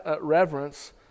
reverence